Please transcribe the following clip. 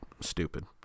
Stupid